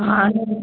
हा